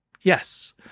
Yes